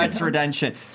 redemption